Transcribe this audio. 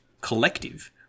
collective